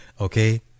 Okay